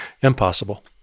Impossible